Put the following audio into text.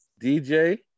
DJ